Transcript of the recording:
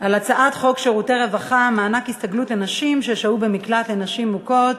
על הצעת חוק שירותי רווחה (מענק הסתגלות לנשים ששהו במקלט לנשים מוכות)